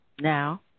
Now